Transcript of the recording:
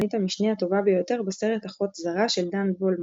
המשנה הטובה ביותר בסרט "אחות זרה" של דן וולמן.